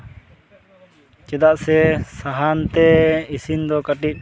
ᱪᱮᱫᱟᱜ ᱥᱮ ᱥᱟᱦᱟᱱᱛᱮ ᱤᱥᱤᱱ ᱫᱚ ᱠᱟᱹᱴᱤᱡ